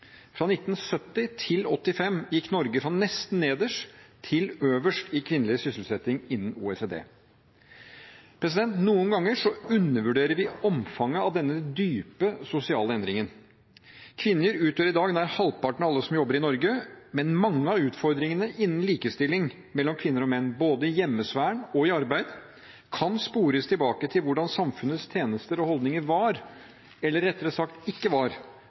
Fra 1970 til 1985 gikk Norge fra å ligge nesten nederst til å ligge øverst i kvinnelig sysselsetting innen OECD. Noen ganger undervurderer vi omfanget av denne dype sosiale endringen. Kvinner utgjør i dag nær halvparten av alle som jobber i Norge, men mange av utfordringene innen likestilling mellom kvinner og menn, både i hjemmesfæren og i arbeidslivet, kan spores tilbake til hvordan samfunnets tjenester og holdninger var, eller rettere sagt ikke var,